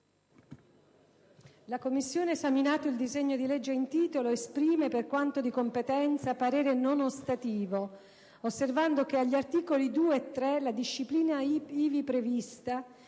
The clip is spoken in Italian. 1a Commissione permanente, esaminato il disegno di legge in titolo, esprime, per quanto di competenza, parere non ostativo, osservando che, agli articoli 2 e 3, la disciplina ivi prevista,